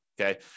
Okay